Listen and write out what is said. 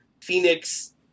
Phoenix